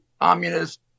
communist